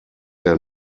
der